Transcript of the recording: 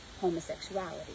homosexuality